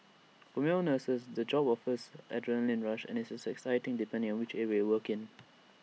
for male nurses the job offers adrenalin rush and is exciting depending on which area you work in